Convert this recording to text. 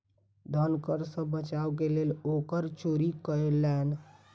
धन कर सॅ बचाव के लेल ओ कर चोरी कयलैन